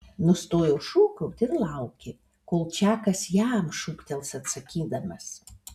nustojo šūkauti ir laukė kol čakas jam šūktels atsakydamas